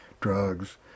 drugs